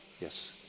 Yes